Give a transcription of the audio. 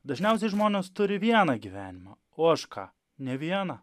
dažniausiai žmonės turi vieną gyvenimą o aš ką ne vieną